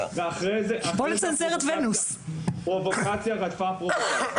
מוצגת' ואחרי זה פרובוקציה רדפה פרובוקציה.